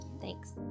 Thanks